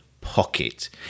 pocket